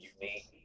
unique